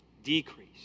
decrease